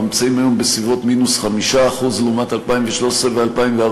אנחנו נמצאים היום בסביבות מינוס 5% לעומת 2013 ו-2014.